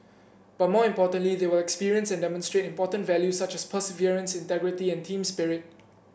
but more importantly they will experience and demonstrate important values such as perseverance integrity and team spirit